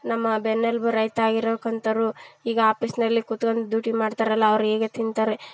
ನಮ್ಮ ಬೆನ್ನೆಲುಬು ರೈತ ಆಗಿರೊಕಂತರು ಈಗ ಆಪಿಸ್ನಲ್ಲಿ ಕುತ್ಕಂಡ್ ಡ್ಯೂಟಿ ಮಾಡ್ತಾರಲ್ಲ ಅವ್ರು ಹೀಗೆ ತಿಂತಾರೆ